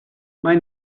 maen